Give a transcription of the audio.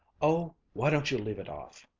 oh, why don't you leave it off?